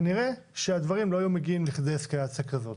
כנראה שהדברים לא היו מגיעים לכדי אסקלציה כזאת.